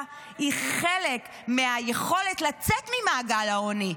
היא חלק מהיכולת לצאת ממעגל העוני,